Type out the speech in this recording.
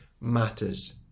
matters